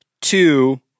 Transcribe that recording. Two